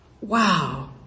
wow